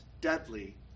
deadly